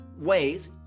ways